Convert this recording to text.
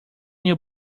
your